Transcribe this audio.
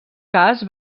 cas